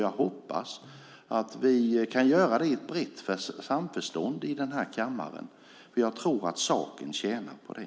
Jag hoppas att vi kan göra det i brett samförstånd i denna kammare, för jag tror att saken tjänar på det.